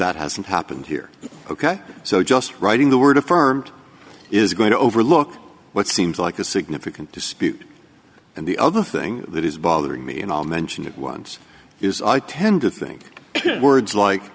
that hasn't happened here ok so just writing the word affirmed is going to overlook what seems like a significant dispute and the other thing that is bothering me and i'll mention it once is i tend to think words like